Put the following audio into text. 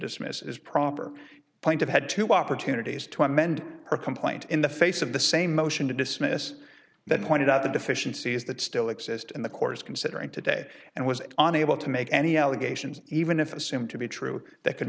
dismiss is proper plaintive had two opportunities to amend her complaint in the face of the same motion to dismiss that pointed out the deficiencies that still exist in the court is considering today and was unable to make any allegations even if assumed to be true that could